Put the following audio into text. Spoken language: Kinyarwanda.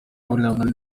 williams